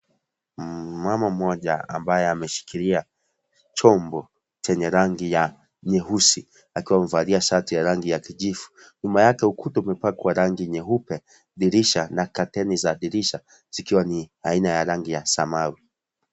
Mmama mmoja ambaye ameshikilia chombo chenye rangi ya nyeusi akiwa amevalia shati ya rangi ya kijivu nyuma yake ukuta umepakwa rangi nyeupe dirisha na kateni za dirisha zikiwa ni aina ya rangi ya samawi.